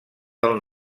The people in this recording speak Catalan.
del